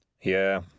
Yeah